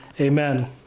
Amen